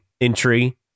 entry